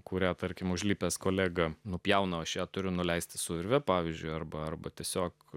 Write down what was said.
kurią tarkim užlipęs kolega nupjauna o šią turiu nuleisti su virve pavyzdžiui arba arba tiesiog